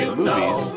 movies